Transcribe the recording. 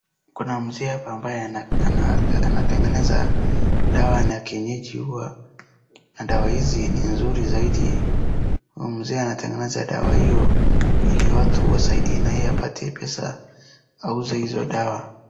Kuna mzee hapa ambaye anatengeneza dawa za kienyeji huwa na dawa hizi ni mzuri zaidi. Huyu mzee anatengeneza dawa hiyo ili watu wasaidike na yeye apate pesa auze hizo dawa.